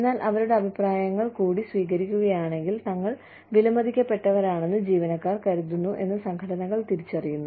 എന്നാൽ അവരുടെ അഭിപ്രായങ്ങൾ കൂടി സ്വീകരിക്കുകയാണെങ്കിൽ തങ്ങൾ വിലമതിക്കപ്പെട്ടവരാണെന്ന് ജീവനക്കാർ കരുതുന്നു എന്ന് സംഘടനകൾ തിരിച്ചറിയുന്നു